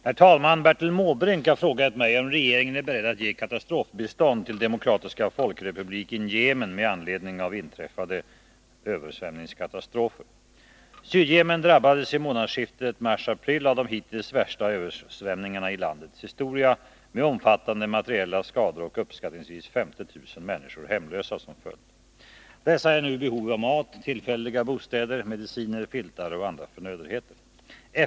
Herr talman! Bertil Måbrink har frågat mig om regeringen är beredd att ge katastrofbistånd till Demokratiska folkrepubliken Yemen med anledning av inträffade översvämningskatastrofer. Sydyemen drabbades vid månadsskiftet mars-april av de hittills värsta översvämningarna i landets historia, med omfattande materiella skador och 103 uppskattningsvis 50 000 människor hemlösa som följd. Dessa är nu i behov av mat, tillfälliga bostäder, mediciner, filtar och andra förnödenheter.